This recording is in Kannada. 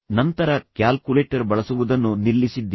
ನಂತರ ಕ್ಯಾಲ್ಕುಲೇಟರ್ ಬಳಸುವುದನ್ನು ನಿಲ್ಲಿಸಿದ್ದೀರಿ